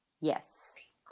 yes